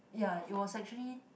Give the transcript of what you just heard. ya it was actually